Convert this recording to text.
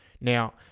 Now